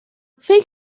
فکر